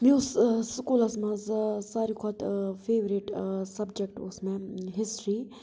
مےٚ اوس سکولس منٛز ساروٕے کھۄتہٕ فیورِٹ سبجکٹہٕ اوس مےٚ ہِسٹری